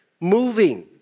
moving